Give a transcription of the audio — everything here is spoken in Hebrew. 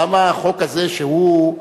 למה החוק הזה שהוא,